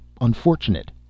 unfortunate